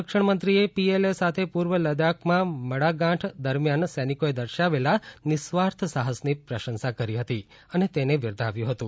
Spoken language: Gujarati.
સંરક્ષણ મંત્રીએ પીએલએ સાથે પૂર્વ લદાખમાં મડાગાંઠ દરમિયાન સૈનિકોએ દર્શાવેલા નિઃસ્વાર્થ સાહસની પ્રશંસા કરી હતી અને તેને બિરદાવ્યું હતું